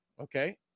Okay